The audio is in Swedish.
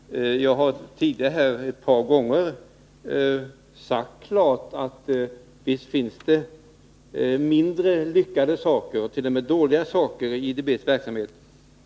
Herr talman! Mycket kort till Mats Hellström. Jag har tidigare här ett par gånger sagt att visst finns det mindre lyckade saker och t.o.m. dåliga saker i IDB:s verksamhet.